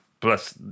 Plus